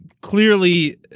clearly